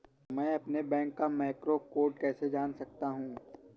मैं अपने बैंक का मैक्रो कोड कैसे जान सकता हूँ?